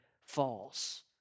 false